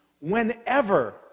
whenever